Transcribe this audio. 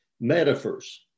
metaphors